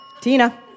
Tina